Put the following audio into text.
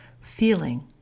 feeling